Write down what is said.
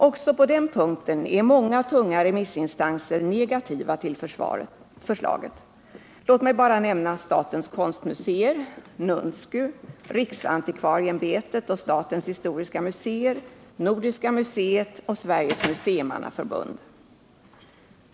Också på den punkten är många tunga remissinstanser negativa till förslaget. Låt mig bara nämna statens konstmuseer, Nunsku, riksantikvarieämbetet och statens historiska museer, Nordiska museet och Sveriges museimannaförbund.